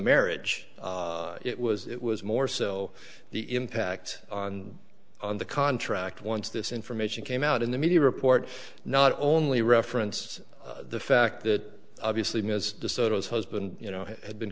marriage it was it was more so the impact on the contract once this information came out in the media report not only reference the fact that obviously ms desoto as husband you know had been